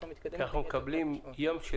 אנחנו מתקדמים --- אנחנו מקבלים ים של